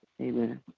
Amen